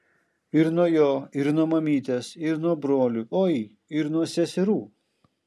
ir nuo jo ir nuo mamytės ir nuo brolių oi ir nuo seserų